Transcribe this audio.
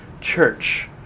church